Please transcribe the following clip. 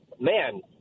man